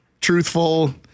truthful